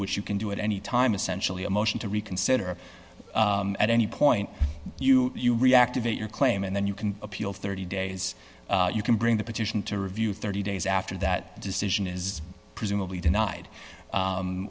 which you can do at any time essentially a motion to reconsider at any point you you reactivate your claim and then you can appeal thirty days you can bring the petition to review thirty days after that decision is presumably denied